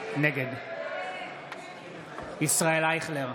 נגד ישראל אייכלר,